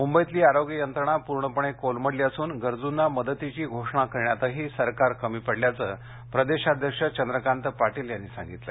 मुंबईतली आरोग्य यंत्रणा पूर्णपणे कोलमडली असून गरजूंना मदतीची घोषणा करण्यातही सरकार कमी पडल्याचं प्रदेशाध्यक्ष चंद्रकांत पाटील म्हणाले